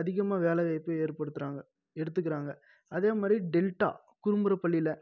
அதிகமாக வேலைவாய்ப்பு ஏற்படுத்துகிறாங்க எடுத்துக்கிறாங்க அதே மாதிரி டெல்ட்டா குரும்பூர பள்ளியில்